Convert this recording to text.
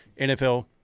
NFL